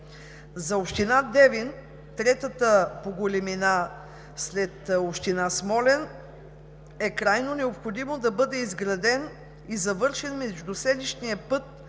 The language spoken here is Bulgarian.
За община Девин – третата по големина след община Смолян, е крайно необходимо да бъде изграден и завършен междуселищният път